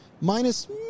minus